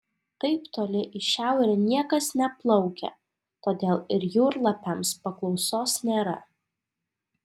taip toli į šiaurę niekas neplaukia todėl ir jūrlapiams paklausos nėra